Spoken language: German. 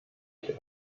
ich